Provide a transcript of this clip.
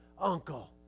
Uncle